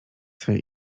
swej